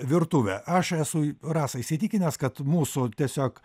virtuvę aš esu rasa įsitikinęs kad mūsų tiesiog